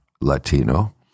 Latino